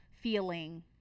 feeling